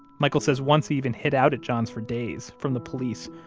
michael says once he even hid out at john's for days, from the police,